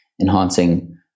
enhancing